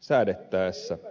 säädettäessä